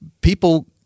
people